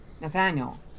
Nathaniel